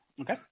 Okay